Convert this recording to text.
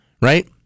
right